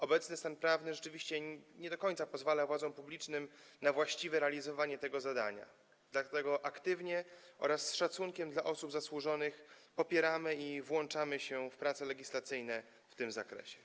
Obecny stan prawny rzeczywiście nie do końca pozwala władzom publicznym na właściwe realizowanie tego zadania, dlatego aktywnie oraz z szacunkiem dla osób zasłużonych popieramy projekt i włączamy się w prace legislacyjne w tym zakresie.